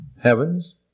heavens